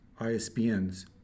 ISBNs